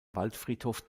waldfriedhof